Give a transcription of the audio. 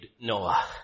Noah